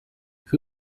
who